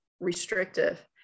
restrictive